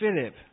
Philip